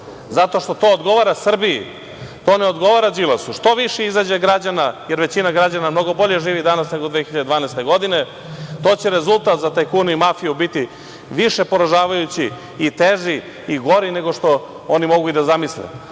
zato što to odgovara Srbiji. To ne odgovara Đilasu. Što više izađe građana, jer većina građana mnogo bolje živi danas nego 2012. godine, to će rezultat za tajkune i mafiju biti više poražavajući i teži i gori nego što oni mogu i da zamisle,